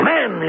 Man